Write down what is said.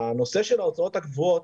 הנושא של ההוצאות הקבועות,